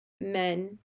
men